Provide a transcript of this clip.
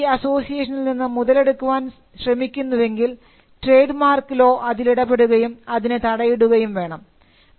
ആരെങ്കിലും ഈ അസോസിയേഷനിൽ നിന്ന് മുതലെടുക്കാൻ ശ്രമിക്കുന്നു എങ്കിൽ ട്രേഡ് മാർക്ക് ലോ അതിൽ ഇടപെടുകയും അതിന് തടയിടുകയും വേണം